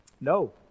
No